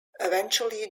eventually